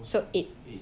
so eight